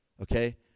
Okay